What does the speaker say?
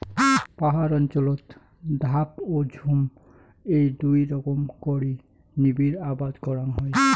পাহাড় অঞ্চলত ধাপ ও ঝুম এ্যাই দুই রকম করি নিবিড় আবাদ করাং হই